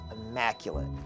immaculate